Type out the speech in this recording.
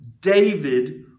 David